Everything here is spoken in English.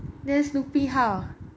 then snoopy how